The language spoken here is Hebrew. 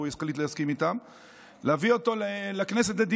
לדיון בכנסת,